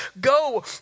go